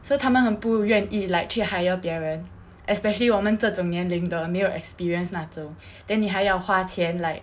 so 他们很不愿意 like 去 hire 别人 especially 我们这种年龄的没有 experience 那种 then 你还要花钱 like